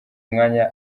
umwanya